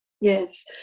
yes